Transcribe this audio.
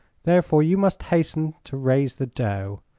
therefore you must hasten to raise the dough.